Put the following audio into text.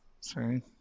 Sorry